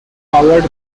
powered